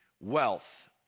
wealth